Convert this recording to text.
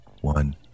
one